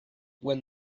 when